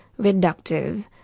reductive